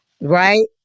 Right